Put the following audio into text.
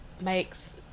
makes